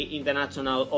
International